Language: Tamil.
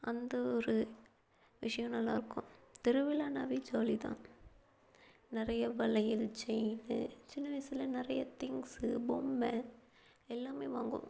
அந்த ஒரு விஷயோம் நல்லாயிருக்கும் திருவிழான்னாவே ஜாலி தான் நிறைய வளையல் செயின் இது சின்ன வயசுல நிறைய திங்க்ஸு பொம்மை எல்லாமே வாங்குவோம்